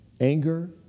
anger